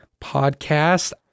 podcast